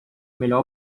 melhor